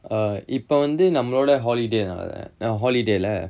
err இப்ப வந்து நம்ளோட:ippa vanthu namloda holiday holiday lah